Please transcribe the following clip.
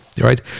right